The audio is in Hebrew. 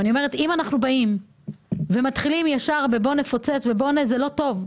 אם אנחנו באים ומתחילים ישר בבוא נפוצץ ובואנה זה לא טוב,